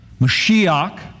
Mashiach